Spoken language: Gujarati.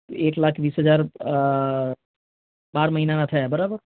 એક લાખ વીસ હજાર બાર મહિનાના થયા બરાબર